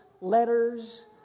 letters